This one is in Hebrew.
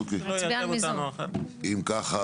אם כך,